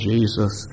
Jesus